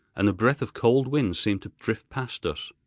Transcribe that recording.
and a breath of cold wind seemed to drift past us.